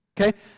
Okay